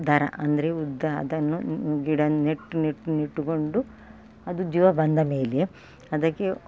ದರ ಅಂದರೆ ಉದ್ದ ಅದನ್ನು ಗಿಡ ನೆಟ್ಟು ನೆಟ್ಟು ನೆಟ್ಟುಕೊಂಡು ಅದು ಜೀವ ಬಂದಮೇಲೆ ಅದಕ್ಕೆ